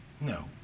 No